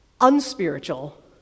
unspiritual